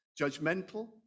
judgmental